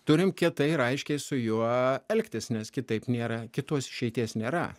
turim kietai ir aiškiai su juo elgtis nes kitaip nėra kitos išeities nėra